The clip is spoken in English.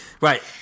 Right